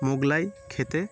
মোগলাই খেতে